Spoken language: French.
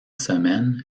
semaines